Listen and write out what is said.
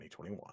2021